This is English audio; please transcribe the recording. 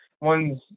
one's